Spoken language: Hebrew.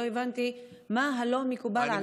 לא הבנתי מה לא מקובל על סגן השר.